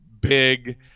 big